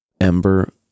ember